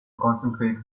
concentrate